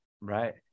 Right